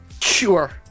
Sure